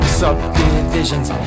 subdivisions